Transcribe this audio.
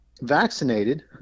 vaccinated –